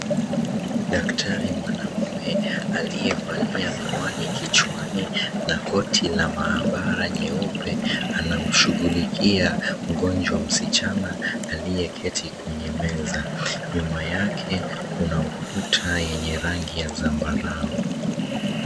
Daktari mwanaume aliyevalia miwani kichwani na koti la maambara nyeupe, anamshughulikia mgonjwa msichana aliyeketi kwenye meza. Nyuma yake kuna ukuta yenye rangi ya zambarau.